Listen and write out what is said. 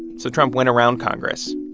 so trump went around congress,